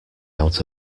out